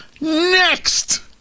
Next